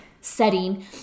setting